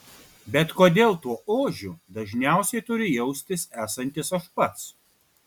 bet kodėl tuo ožiu dažniausiai turiu jaustis esantis aš pats